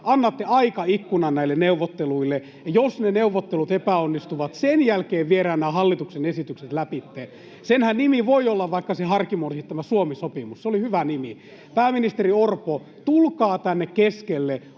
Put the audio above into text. Annatte aikaikkunan näille neuvotteluille. Ja jos ne neuvottelut epäonnistuvat, sen jälkeen viedään nämä hallituksen esitykset lävitse. Senhän nimi voi olla vaikka se Harkimon esittämä Suomi-sopimus, se oli hyvä nimi. Pääministeri Orpo, tulkaa tänne keskelle,